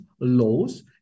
laws